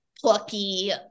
plucky